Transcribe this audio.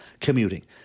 commuting